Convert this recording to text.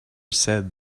said